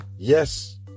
Yes